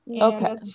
Okay